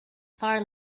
far